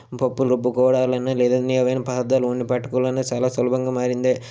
పప్పులు రుబ్బుకోవడాలని లేదని ఏదయినా పదార్ధాలు వండిపెట్టుకోవాలి అన్న చాలా సులభంగా మారింది